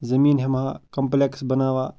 زمیٖن ہٮ۪مہٕ ہا کَمپٕلٮ۪کٕس بناوا